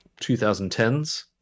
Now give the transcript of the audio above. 2010s